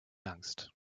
angst